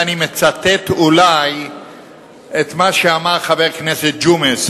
ואני מצטט אולי את מה שאמר חבר הכנסת ג'ומס,